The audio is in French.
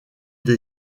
des